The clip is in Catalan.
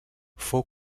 fou